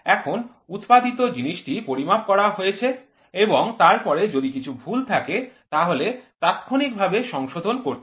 এখন উৎপাদিত জিনিসটি পরিমাপ করা হয়েছে এবং তারপরে যদি কিছু ভুল থাকে তাহলে তাৎক্ষণিক ভাবে সংশোধন করতে হয়